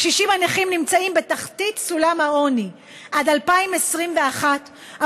הקשישים הנכים נמצאים בתחתית סולם העוני: עד 2021 אמורה